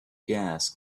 gas